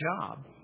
job